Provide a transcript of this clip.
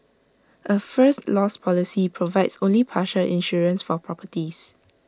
A first loss policy provides only partial insurance for properties